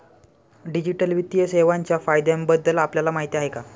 Digital वित्तीय सेवांच्या फायद्यांबद्दल आपल्याला माहिती आहे का?